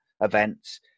events